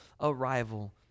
arrival